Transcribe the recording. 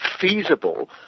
feasible